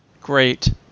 Great